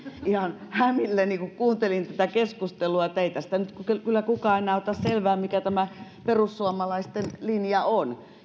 ihan hämilleni kun kuuntelin tätä keskustelua ei tästä nyt kyllä kukaan enää ota selvää mikä tämä perussuomalaisten linja on